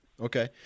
okay